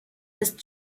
ist